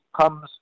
comes